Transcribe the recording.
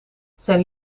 zijn